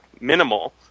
minimal